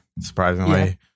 surprisingly